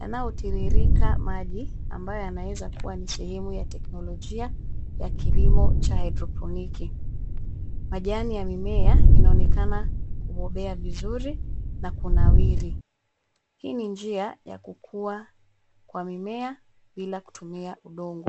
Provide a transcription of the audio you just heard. yanayotirirkia maji ambayo yanaweza kua ni sehemu ya teknolojia ya kilimo cha hidroponiki . Majani ya mimea inaonekana kugobea vizuri na kunawiri. Hii ni njia ya kukua kwa mimea bila kutumia udongo.